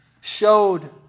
showed